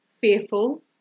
fearful